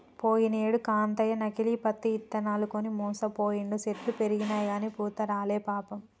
పోయినేడు కాంతయ్య నకిలీ పత్తి ఇత్తనాలు కొని మోసపోయిండు, చెట్లు పెరిగినయిగని పూత రాలే పాపం